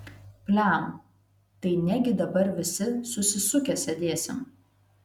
pliam tai negi dabar visi susisukę sėdėsim